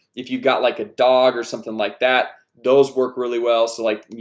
if you've got like a dog or something like that those work really well so like, you